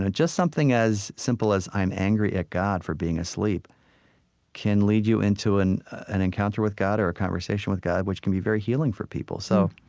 ah just something as simple as i'm angry at god for being asleep can lead you into an an encounter with god or a conversation with god, which can be very healing for people. so,